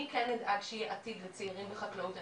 אני כן אדאג שיהיה עתיד לצעירים בחקלאות.